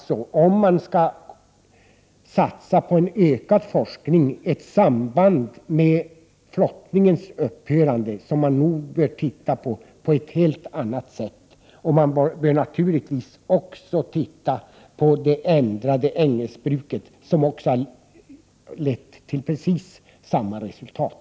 Skall vi satsa på ökad forskning, bör man nog på ett helt annat sätt än tidigare se på sambandet med flottningens upphörande. Naturligtvis bör man också se på ändringarna beträffande ängsbruket som har lett till precis samma resultat.